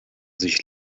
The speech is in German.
sich